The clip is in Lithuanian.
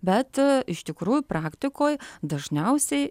bet iš tikrųjų praktikoj dažniausiai